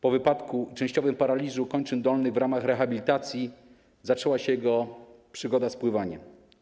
Po wypadku i częściowym paraliżu kończyn dolnych w ramach rehabilitacji zaczęła się jego przygoda z pływaniem.